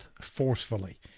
forcefully